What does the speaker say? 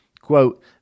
quote